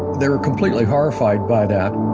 they were completely horrified by that